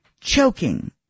choking